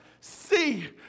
see